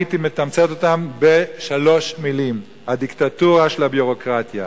הייתי מתמצת אותן בשלוש מלים: הדיקטטורה של הביורוקרטיה.